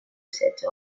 cette